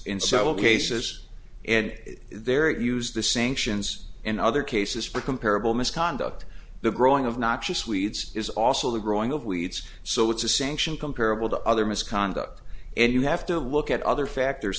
in several cases and there used the sanctions and other cases for comparable misconduct the growing of not just weeds is also the growing of weeds so it's a sanction comparable to other misconduct and you have to look at other factors